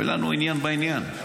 ואין לנו עניין בעניין.